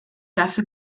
dafür